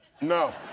no